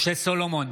משה סולומון,